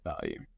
value